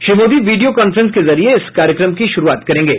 Shri Modi video conference के जरिये इस कार्यक्रम की शुरूआत करेंगे